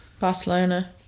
Barcelona